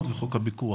תודה.